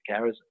carers